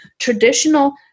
traditional